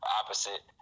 opposite